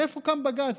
מאיפה קם בג"ץ?